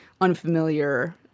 unfamiliar